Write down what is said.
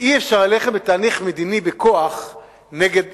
אי-אפשר ללכת בתהליך מדיני בכוח נגד